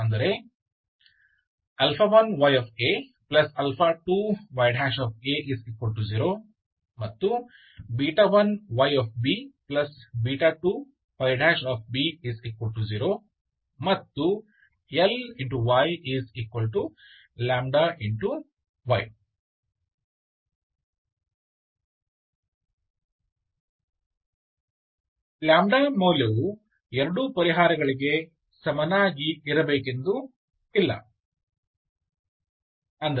1y a 2y a0 ಮತ್ತು 1y b 2y b0 ಮತ್ತು Ly λy ಮೌಲ್ಯವು ಎರಡೂ ಪರಿಹಾರಗಳಿಗೆ ಸಮನಾಗಿ ಇರಬೇಕೆಂದು ಇಲ್ಲ